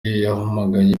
yaduhamagaye